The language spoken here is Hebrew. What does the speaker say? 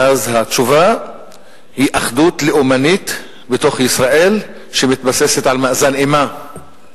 ואז התשובה היא אחדות לאומנית בתוך ישראל שמתבססת על מאזן אימה.